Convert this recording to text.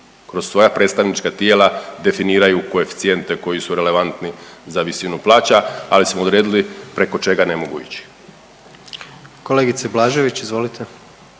kroz svoja predstavnička tijela definiraju koeficijente koji su relevantni za visinu plaća, ali smo odredili preko čega ne mogu ići. **Jandroković, Gordan